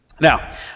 Now